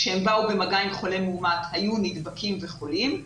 כשהם באו במגע עם חולה מאומת היו נדבקים וחולים,